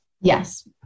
Yes